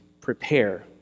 prepare